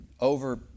over